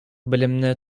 белемне